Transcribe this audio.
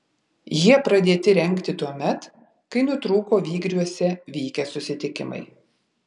jie pradėti rengti tuomet kai nutrūko vygriuose vykę susitikimai